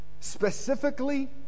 specifically